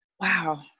wow